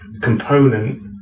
component